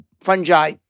fungi